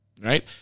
right